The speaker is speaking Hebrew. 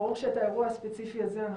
ברור שאת האירוע הספציפי הזה,